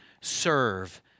serve